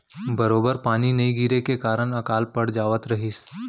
बरोबर पानी नइ गिरे के कारन अकाल पड़ जावत रहिस